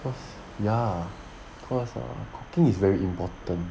cause ya cause err I think it's very important